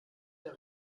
der